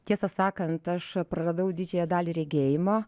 tiesą sakant aš praradau didžiąją dalį regėjimo